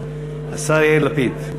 השר יאיר לפיד.